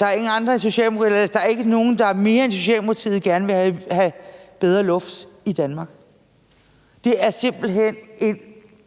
at der ikke er nogen, der mere end Socialdemokratiet gerne vil have bedre luft i Danmark. Det er simpelt hen en